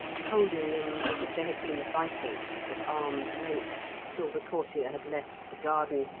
holding them as if they had been vipers, at arm's length, till the courtier had left the garden,